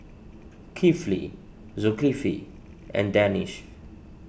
Kifli Zulkifli and Danish